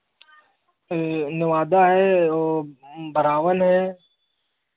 नवादा है औ बरावन है